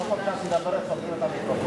כל פעם שאת מדברת סוגרים את המיקרופון.